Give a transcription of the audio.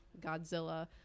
godzilla